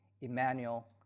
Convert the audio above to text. Emmanuel